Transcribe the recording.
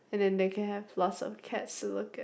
and then they can have lots of cats to look at